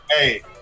Hey